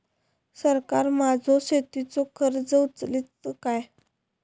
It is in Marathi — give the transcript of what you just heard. सरकार माझो शेतीचो खर्च उचलीत काय?